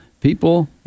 people